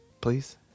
Please